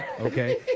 Okay